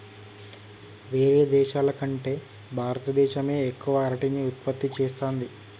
వేరే దేశాల కంటే భారత దేశమే ఎక్కువ అరటిని ఉత్పత్తి చేస్తంది